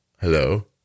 hello